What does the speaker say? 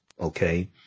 Okay